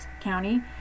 County